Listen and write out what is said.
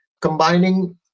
combining